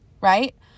right